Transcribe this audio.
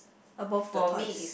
above the toys